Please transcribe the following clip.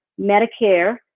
Medicare